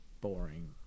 boring